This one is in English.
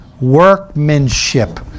workmanship